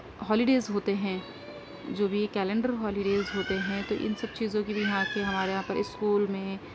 Holi days ہوتے ہیں جو بھی کلینڈر ہولی ڈیز ہوتے ہیں تو ان سب چیزوں کے لیے یہاں پہ ہمارے یہاں پر اسکول میں